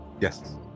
Yes